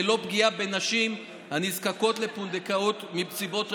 ללא פגיעה בנשים הנזקקות לפונדקאות מסיבות רפואיות,